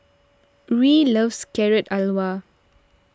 Ruie loves Carrot Halwa